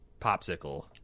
popsicle